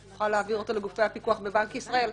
את יכולה להעביר אותו לגופי הפיקוח בבנק ישראל,